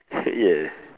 yeah